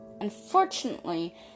Unfortunately